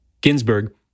Ginsburg